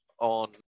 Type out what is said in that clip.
on